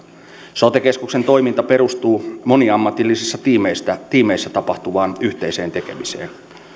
sote keskuksen toiminta perustuu moniammatillisissa tiimeissä tiimeissä tapahtuvaan yhteiseen tekemiseen